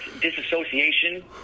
disassociation